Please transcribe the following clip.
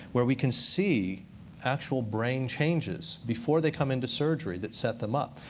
where we can see actual brain changes before they come into surgery that set them up.